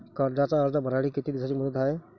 कर्जाचा अर्ज भरासाठी किती दिसाची मुदत हाय?